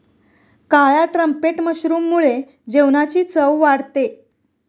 काळ्या ट्रम्पेट मशरूममुळे जेवणाची चव वाढते